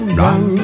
run